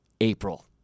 April